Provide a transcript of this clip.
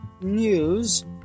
news